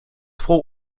froh